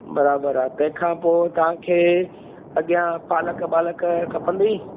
बराबरि आहे तंहिंखां पोइ तांखे अॻियां पालक वालक खपंदी